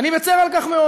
ואני מצר על כך מאוד.